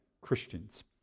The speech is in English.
Christians